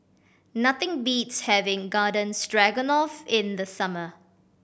nothing beats having Garden Stroganoff in the summer